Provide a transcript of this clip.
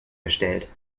gestellt